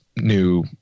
new